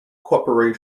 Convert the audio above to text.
corp